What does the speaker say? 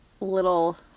little